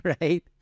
right